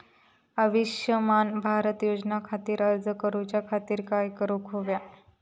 आयुष्यमान भारत योजने खातिर अर्ज करूच्या खातिर काय करुक होया?